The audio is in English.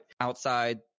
outside